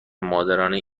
مادرانه